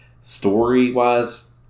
story-wise